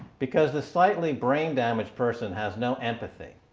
because the slightly brain-damaged person has no empathy.